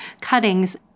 cuttings